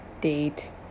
date